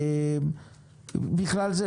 בכלל זה,